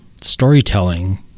storytelling